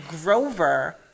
Grover